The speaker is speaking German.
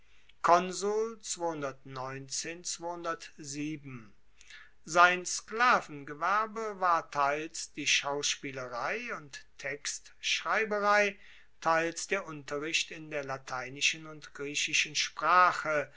sein sklavengewerbe war teils die schauspielerei und textschreiberei teils der unterricht in der lateinischen und griechischen sprache